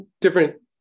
different